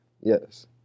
Yes